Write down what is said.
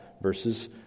Verses